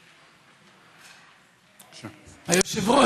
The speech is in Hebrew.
אדוני היושב-ראש,